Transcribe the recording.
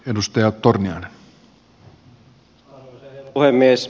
arvoisa herra puhemies